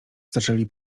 zaczęli